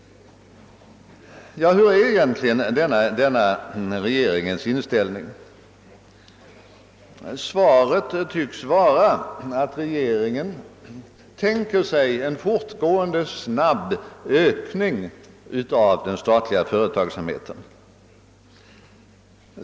Vad har då regeringen för inställning till detta problem? Svaret tycks vara att regeringen tänker sig en fortgående snabb ökning av den statliga företagsamheten.